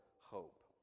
hope